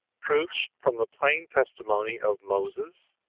proofs from the plain testimony of moses,